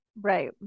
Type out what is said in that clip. Right